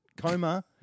coma